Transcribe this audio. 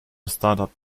startup